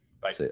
Bye